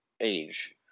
age